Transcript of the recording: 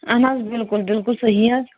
اَہَن حظ بِلکُل بِلکُل صحیح حظ